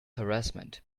harassment